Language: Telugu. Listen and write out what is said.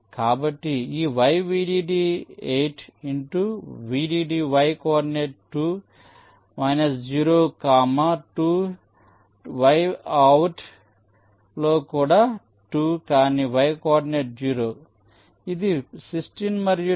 కాబట్టి ఈ y vdd 8 into vdd y coordinate 2 0 comma 2 y out ట్ కూడా 2 కానీ y కోఆర్డినేట్ 0